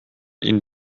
ihn